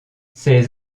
ses